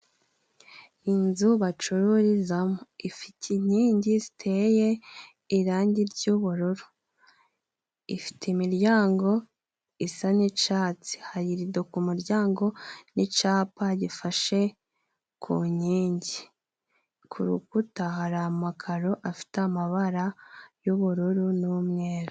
Inzu bacururizamo ifite inkingi ziteye irangi ry'ubururu, ifite imiryango isa n'icatsi, hari irido ku muryango n'icapa gifashe ku nkingi, ku rukuta hari amakaro afite amabara y'ubururu n'umweru.